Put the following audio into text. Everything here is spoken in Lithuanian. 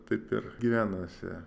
taip ir gyvenasi